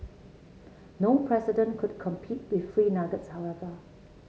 no president could compete with free nuggets however